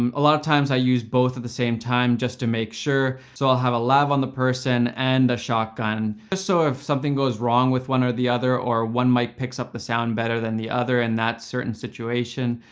um a lot of times i use both at the same time, just to make sure, so i'll have a lav on the person, and a shotgun, just and so if something goes wrong with one or the other, or one mic picks up the sound better than the other in and that certain situation,